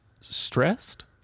stressed